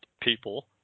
people